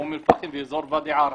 מאום אל-פאחם באזור ואדי ערה,